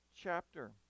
chapter